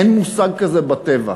אין מושג כזה בטבע.